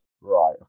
Right